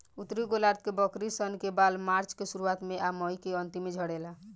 उत्तरी गोलार्ध के बकरी सन के बाल मार्च के शुरुआत में आ मई के अन्तिम में झड़ेला